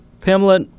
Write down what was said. Pamela